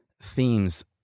themes